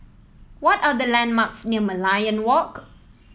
what are the landmarks near Merlion Walk